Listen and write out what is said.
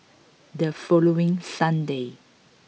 the following Sunday